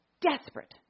desperate